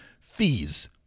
Fees